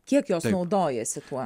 kiek jos naudojasi tuo